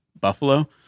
buffalo